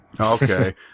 Okay